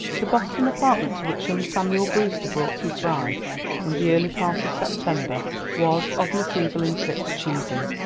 the boston apartment to which young samuel brewster brought his bride in the early part of september was of miss evelyn tripp's choosing.